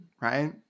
Right